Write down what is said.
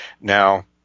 Now